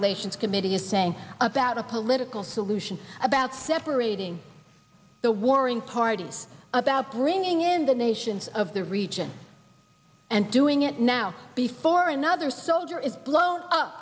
relations committee is saying about a political solution about separating the warring parties about bringing in the nations of the region and doing it now before another soldier is blown up